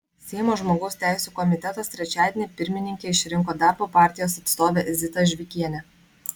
seimo žmogaus teisių komitetas trečiadienį pirmininke išrinko darbo partijos atstovę zitą žvikienę